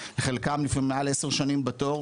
חלקם לפעמים מעל עשר שנים בתור,